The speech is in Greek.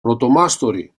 πρωτομάστορη